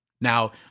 Now